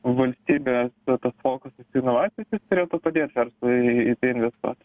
valstybė tas fokusas į inovacijas jis turėtų padėt verslui į tai investuot